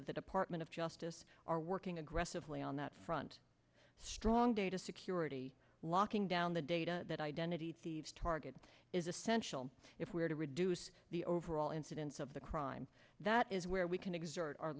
of the department of justice are working aggressively on that front strong data security locking down the data that identity thieves target is essential if we're to reduce the overall incidence of the crime that is where we can exert our